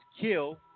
kill